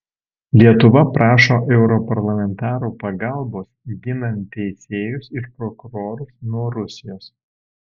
lietuva prašo europarlamentarų pagalbos ginant teisėjus ir prokurorus nuo rusijos